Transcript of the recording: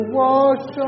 wash